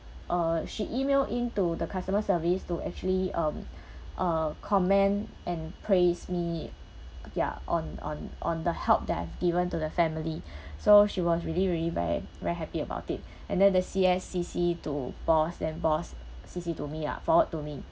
uh she email into the customer service to actually um uh comment and praise me ya on on on the help that I've given to the family so she was really really very very happy about it and then the C_S C_C to boss then boss C_C to me lah forward to me